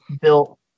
built